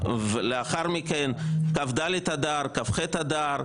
לאחר מכן כ"ד אדר, כ"ח אדר,